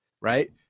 right